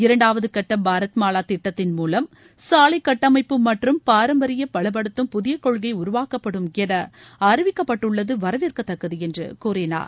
இரண்டாவதுகட்டபாரத் மாவாதிட்டத்தின் மூவம் சாலைகட்டமைப்பு மற்றும் பராமரிப்பைபலப்படுத்தம் புதியகொள்கைஉருவாக்கப்படும் எனஅறிவிக்கப்பட்டுள்ளதுவரவேற்கத்தக்கதுஎன்றுகூறினார்